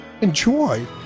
enjoy